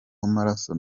w’amaraso